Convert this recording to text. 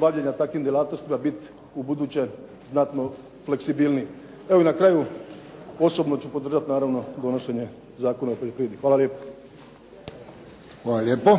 bavljenja takvim djelatnostima biti ubuduće znatno fleksibilniji. Evo i na kraju osobno ću podržati naravno donošenje Zakona o poljoprivredi. Hvala lijepo.